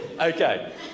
Okay